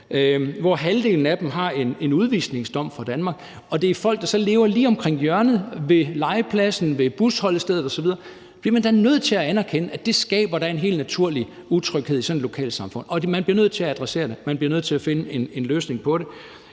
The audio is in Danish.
hvor halvdelen af dem har en udvisningsdom fra Danmark – og det er folk, der så lever lige omkring hjørnet ved legepladsen, ved busstoppestedet osv. – og så bliver man da nødt til at anerkende, at det skaber en helt naturlig utryghed i sådan et lokalsamfund, og man bliver nødt til at adressere det, man bliver nødt til at finde en løsning på det.